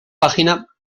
página